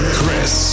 Chris